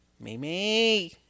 Mimi